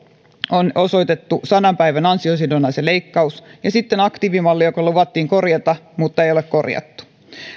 on osoitettu sadan päivän ansiosidonnaisen leikkaus ja sitten aktiivimalli joka luvattiin korjata mutta ei ole korjattu